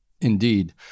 Indeed